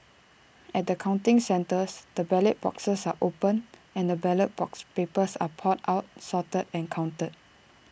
at the counting centres the ballot boxes are opened and the ballot papers are poured out sorted and counted